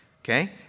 okay